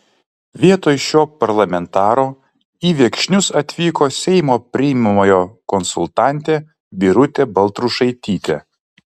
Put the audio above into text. vietoj šio parlamentaro į viekšnius atvyko seimo priimamojo konsultantė birutė baltrušaitytė